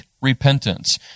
repentance